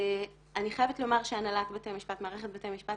אני חייבת לומר שמערכת בתי המשפט